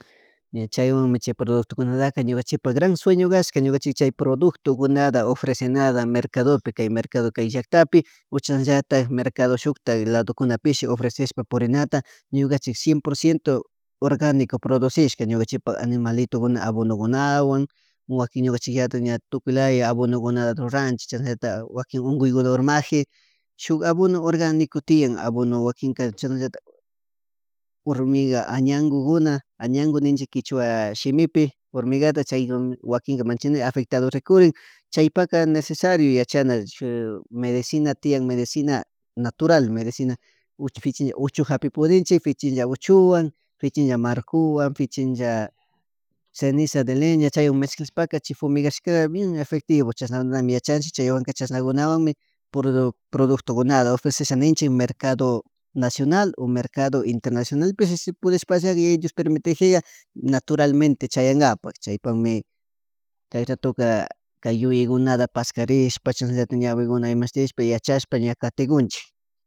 Ña chaywan chay productokunata ñukanchikpak gran sueño kashga ñukanchik chay producto kunata ofrecenata mercadope kay mercado llaktapi u chashnallatak mercado shukta ladokunapishi ofreceshpa purinata ñukachik cien porciento organico produsishka ñukachipak animalitukuna abonokunawan wakin ñukanchiklatik tukuylaya abonakunata ruranchik chashnalaltak wakin unkuykuna urmaji shuk abonu organico tian abono wakina chasnalllatak, hormiga añankukuna añakun ninchik kichuwa shimipi hormigata chaykun machanay afectado rikurin chaypak necesario yachana shuk medicina tian medicina natural uchu fichi uchu japi pudinchik fichi uchuwan ficha marco fichinlla ceniza de leña chaywan mezclashpaka chay fumigashka bien efectivo chashanalla yachanchik chaywan chashanakunawanmin productukunata ofrecesha ninchik mercado nacional o mercado internacionalpish pudishpa yayay Dios permitijiya naturalmente chayagapak chaymanta kay rato kay yuyayakunata pascarihskpa chashnallatik ñawikuna imashtish ña yachashpa ña katikunchik